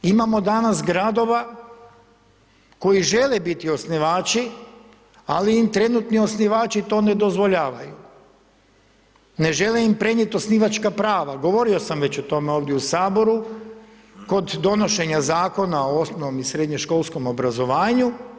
Imamo danas gradova koji želi biti osnivači, ali im trenutni osnivači to ne osiguravaju, ne želi im prenijeti osnivačka prava, govorio sam već o tome ovdje u Saboru, kod donošenje Zakona o osnovnom i srednjoškolskom obrazovanju.